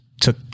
took